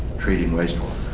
treating wastewater.